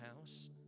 house